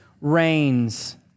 reigns